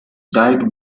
died